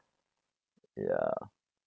ya